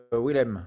Willem